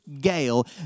gale